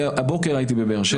הבוקר הייתי בבאר שבע.